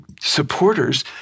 supporters